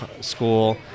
school